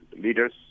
leaders